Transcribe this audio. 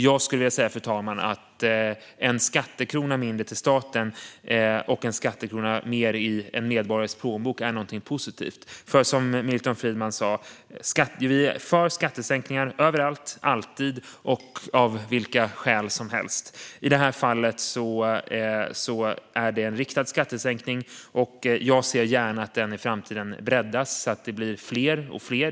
Jag skulle vilja säga, fru talman, att en skattekrona mindre till staten och en skattekrona mer i en medborgares plånbok är någonting positivt. För som Milton Friedman sa: Vi är för skattesänkningar överallt, alltid och av vilka skäl som helst. I det här fallet är det en riktad skattesänkning, och jag ser gärna att den i framtiden breddas så att det blir fler och fler.